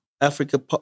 Africa